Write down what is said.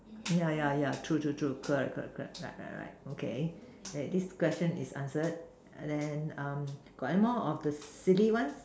yeah yeah yeah true true true correct correct correct right right right okay that this question is answered then um got anymore of the silly one